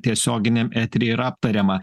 tiesioginiam etery yra aptariama